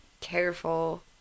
careful